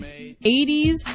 80s